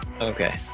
Okay